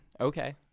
okay